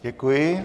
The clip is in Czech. Děkuji.